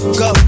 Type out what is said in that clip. go